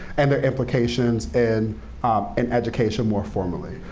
and their implications in and education more formally.